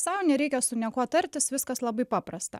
sau nereikia su niekuo tartis viskas labai paprasta